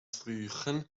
frühchen